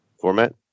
Format